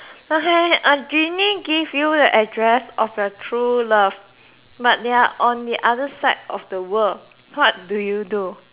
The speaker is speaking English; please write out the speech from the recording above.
okay a genie give you the address of your true love but they are on the other side of the world what do you do